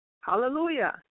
Hallelujah